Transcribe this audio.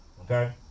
okay